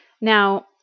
Now